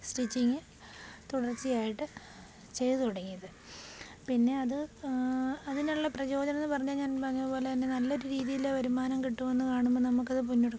stitching തുടർച്ചയായിട്ട് ചെയ്തു തുടങ്ങിയത് പിന്നെ അത് അതിനുള്ള പ്രചോദനം എന്നു പറഞ്ഞാൽ ഞാൻ പറഞ്ഞ പോലെ നല്ല ഒരു രീതിയില് വരുമാനം കിട്ടുമെന്നു കാണുമ്പോൾ നമുക്കത് മുന്നോട്ട് കാണാം